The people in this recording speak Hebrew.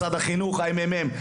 משרד החינוך והממ"מ,